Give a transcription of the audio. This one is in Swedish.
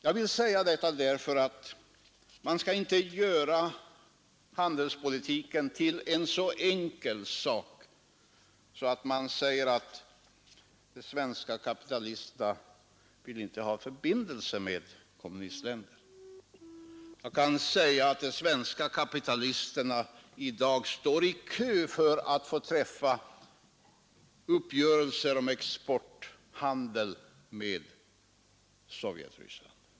Jag vill säga detta därför att man inte skall göra handelspolitiken till en så enkel sak som att säga att de svenska kapitalisterna inte vill ha några förbindelser med kommunistländerna. De svenska kapitalisterna står i stället i dag i kö för att få träffa uppgörelser om export till Sovjet.